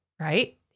right